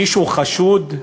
מישהו חשוד,